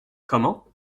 comment